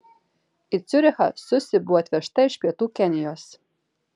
į ciurichą susi buvo atvežta iš pietų kenijos